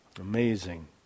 Amazing